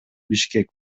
бишкек